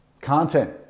content